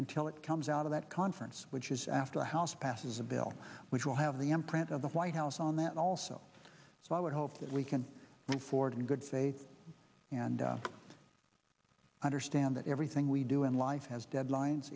until it comes out of that conference which is after the house passes a bill which will have the imprint of the white house on that also so i would hope that we can move forward in good faith and understand that everything we do in life has deadlines